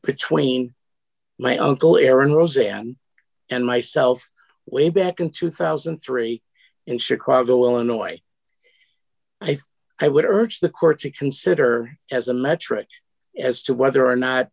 between my uncle aaron roseanne and myself way back in two thousand and three in chicago illinois i think i would urge the court to consider as a metric as to whether or not